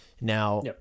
now